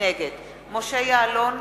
נגד משה יעלון,